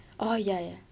oh ya ya